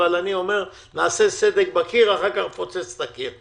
אבל אני אומר שנעשה סדק בקיר ואחר כך נפוצץ את הקיר.